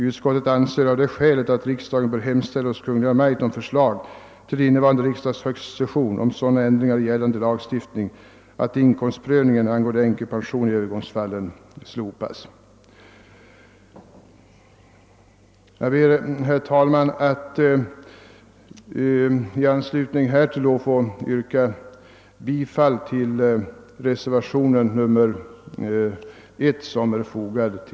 Utskottet anser av det skälet att riksdagen bör hemställa hos Kungl. Maj:t om förslag till innevarande riksdags höstsession om sådana ändringar i gällande lagstiftning att inkomstprövningen angående änkepension i övergångsfallen slopas.» Herr talman! Jag ber att i anslutning härtill få yrka bifall till reservationen nr I.